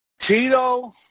Tito